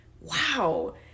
wow